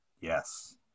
Yes